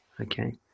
Okay